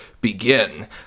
begin